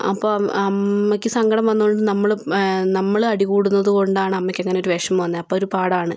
അപ്പം അമ്മയ്ക്ക് സങ്കടം വന്നുകൊണ്ട് നമ്മള് നമ്മള് അടി കൂടുന്നത് കൊണ്ടാണ് അമ്മയ്ക്ക് അങ്ങനൊരു വിഷമം വന്നത് അപ്പോൾ ഒരു പാഠമാണ്